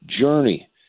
journey